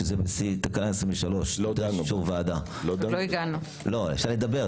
שזה תקנה 23. אפשר לדבר,